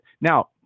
Now